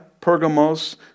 Pergamos